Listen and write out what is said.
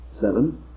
Seven